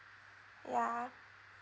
ya